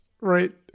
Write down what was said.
Right